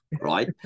right